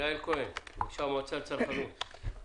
יעל כהן שאואט מן המועצה לצרכנות, בבקשה.